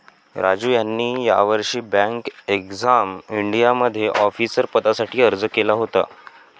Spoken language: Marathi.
रानू यांनी यावर्षी बँक एक्झाम इंडियामध्ये ऑफिसर पदासाठी अर्ज केला होता